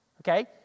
Okay